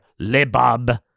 Lebab